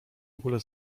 ogóle